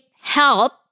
help